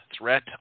Threat